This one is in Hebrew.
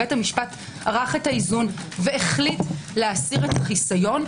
ובית המשפט ערך את האיזון והחליט להסיר החיסיון,